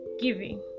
giving